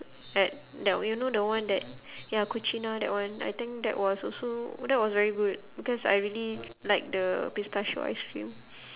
at that you know the one that ya cucina that one I think that was also that was very good because I really like the pistachio ice cream